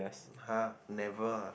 !huh! never